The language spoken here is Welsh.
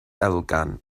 elgan